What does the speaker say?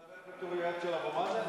אתה עובד בתור, של אבו מאזן?